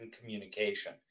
communication